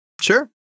sure